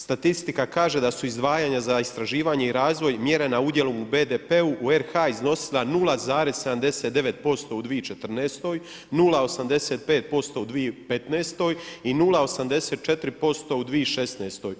Statistika kaže da su izdvajanje za istraživanje i razvoj mjerena u udjelu u BDP-u u RH iznosila 0,79% u 2014., 0,85% u 2015. i 0,84 u 2016.